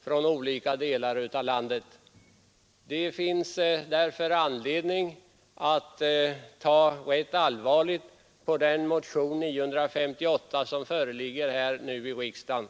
från oroliga människor i olika delar av landet. Det finns därför anledning att ta rätt allvarligt på motionen 958, som nu behandlas.